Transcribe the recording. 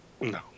No